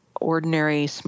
ordinary